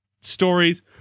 stories